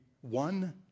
One